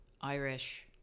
Irish